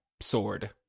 sword